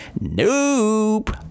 nope